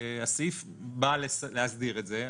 הסעיף בא להסדיר את זה.